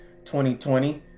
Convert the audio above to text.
2020